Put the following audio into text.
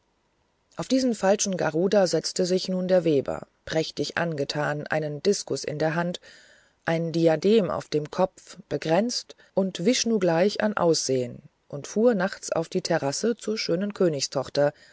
auf diesen falschen garuda setzte sich nun der weber prächtig angetan einen diskus in der hand ein diadem auf dem kopfe bekränzt und vishnu gleich an aussehen und fuhr nachts auf die terrasse zur schönen königstochter